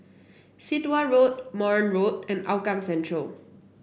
Sit Wah Road Marne Road and Hougang Central